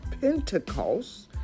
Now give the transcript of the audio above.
Pentecost